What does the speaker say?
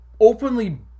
openly